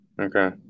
Okay